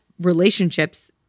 relationships